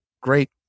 great